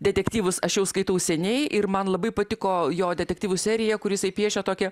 detektyvus aš jau skaitau seniai ir man labai patiko jo detektyvų serija kur jisai piešia tokį